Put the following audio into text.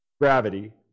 gravity